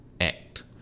act